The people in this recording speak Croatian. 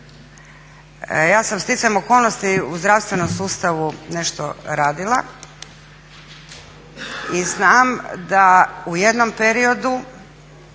Ja sam sticajem okolnosti u zdravstvenom sustavu nešto radila i znam da u jednom periodu